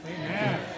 Amen